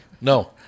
No